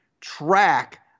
track